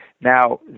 Now